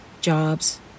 jobs